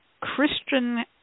Christian